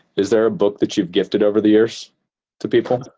is there a book that you've gifted over the years to people?